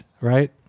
right